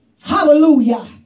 Hallelujah